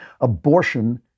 Abortion